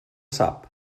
sap